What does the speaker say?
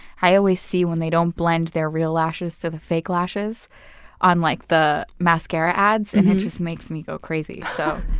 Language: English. i always see when they don't blend their real lashes to the fake lashes on like the mascara ads. and it just makes me go crazy. so